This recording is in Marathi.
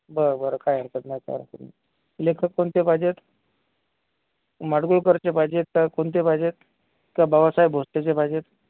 बरं बरं काय हरकत नाही काय हरकत नाही लेखक कोणते पाहिजे आहेत माडगूळकरचे पाहिजे आहेत का कोणते पाहिजेत का बाबासाहेब भोसलेचे पाहिजे आहेत